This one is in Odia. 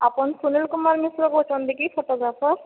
ଆପଣ ସୁନୀଲ କୁମାର ମିଶ୍ର କହୁଛନ୍ତି କି ଫଟୋଗ୍ରାଫର